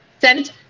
sent